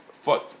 foot